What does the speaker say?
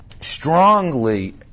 strongly